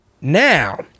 now